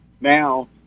Now